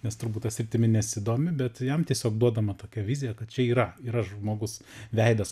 nes turbūt ta sritimi nesidomi bet jam tiesiog duodama tokia vizija kad čia yra yra žmogus veidas